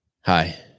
Hi